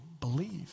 believe